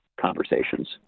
conversations